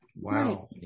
Wow